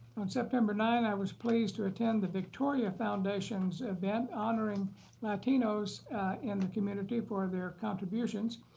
on september nine, i was pleased to attend the victoria's foundations event, honoring latinos in the community for their contribution.